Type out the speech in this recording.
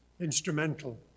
instrumental